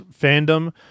fandom